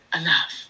enough